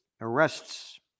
arrests